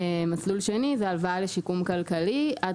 מסלול שני זה הלוואה לשיקום כלכלי עד